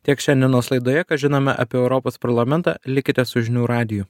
tiek šiandienos laidoje ką žinome apie europos parlamentą likite su žinių radiju